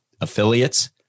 affiliates